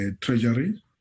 treasury